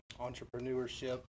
entrepreneurship